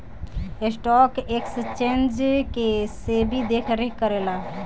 stock exchange के SEBI देखरेख करेला